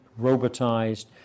robotized